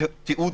תיעוד